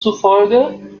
zufolge